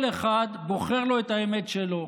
כל אחד בוחר לו את האמת שלו.